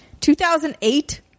2008